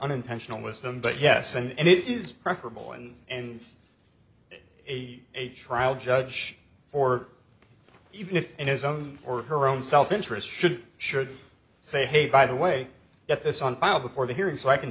unintentional wisdom but yes and it is preferable and and a trial judge or even if in his own or her own self interest should should say hey by the way get this on file before the hearing so i can